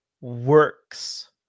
works